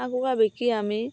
হাঁহ কুকুৰা বিকি আমি